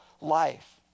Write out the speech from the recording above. life